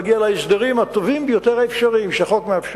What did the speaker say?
להגיע להסדרים הטובים ביותר האפשריים לפי החוק,